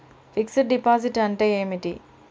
Fix డ్ deposit అంటే ఏమిటి?